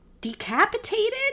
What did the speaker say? decapitated